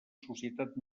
societat